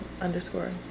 underscore